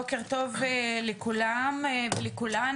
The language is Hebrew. בוקר טוב לכולם ולכולן,